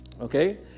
Okay